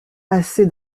assez